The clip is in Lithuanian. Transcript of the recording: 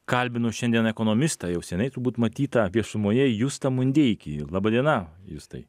kalbinu šiandien ekonomistą jau seniai turbūt matytą viešumoje justą mundeikį laba diena justai